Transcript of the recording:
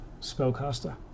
spellcaster